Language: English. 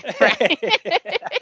Right